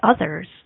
others